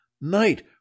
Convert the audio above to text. night